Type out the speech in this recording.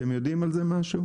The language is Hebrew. אתם יודעים משהו לגבי זה?